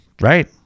right